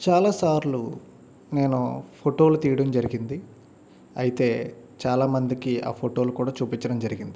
చాలాసార్లు నేను ఫోటోలు తీయడం జరిగింది అయితే చాలామందికి ఆ ఫోటోలు కూడా చూపించడం జరిగింది